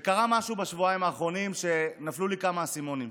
קרה משהו בשבועיים האחרונים שנפלו לי כמה אסימונים,